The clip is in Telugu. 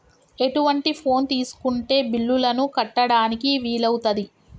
ఎటువంటి ఫోన్ తీసుకుంటే బిల్లులను కట్టడానికి వీలవుతది?